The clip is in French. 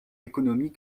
économies